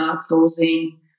closing